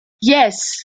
yes